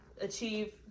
achieve